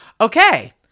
Okay